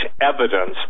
evidence